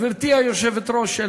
גברתי היושבת-ראש,